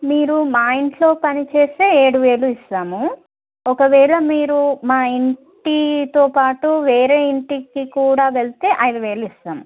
మీరు మా ఇంట్లో పని చేస్తే ఏడు వేలు ఇస్తాము ఒకవేళ మీరు మా ఇంటితో పాటు వేరే ఇంటికి కూడా వెళ్తే ఐదు వేలిస్తాము